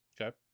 okay